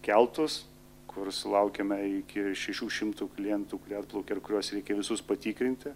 keltus kur sulaukiame iki šešių šimtų klientų kurie atplaukė ir kuriuos reikia visus patikrinti